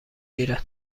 گیرد